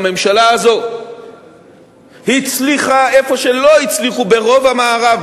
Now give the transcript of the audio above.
הממשלה הזאת הצליחה איפה שלא הצליחו ברוב המערב,